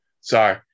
Sorry